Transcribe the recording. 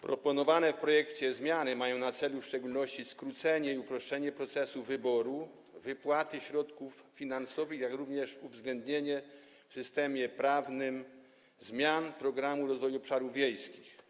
Proponowane w projekcie zmiany mają na celu w szczególności skrócenie i uproszczenie procesu wyboru i wypłaty środków finansowych, jak również uwzględnienie w systemie prawnym zmian Programu Rozwoju Obszarów Wiejskich.